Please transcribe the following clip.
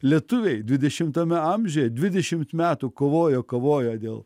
lietuviai dvidešimtame amžiuje dvidešimt metų kovojo kovojo dėl